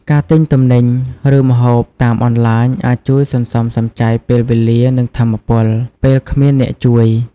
ការទិញទំនិញ ឬម្ហូបតាមអានឡាញអាចជួយសន្សំសំចៃពេលវេលា និងថាមពល ពេលគ្មានអ្នកជួយ។